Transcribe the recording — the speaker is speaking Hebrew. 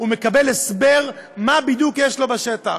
הוא מקבל הסבר מה בדיוק יש לו בשטח.